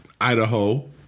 Idaho